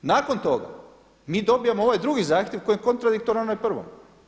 Nakon toga, mi dobivamo ovaj drugi zahtjev koji je kontradiktoran onom prvom.